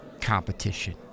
competition